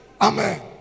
Amen